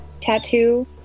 tattoo